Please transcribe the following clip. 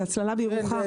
זה הצללה בירוחם.